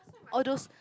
all those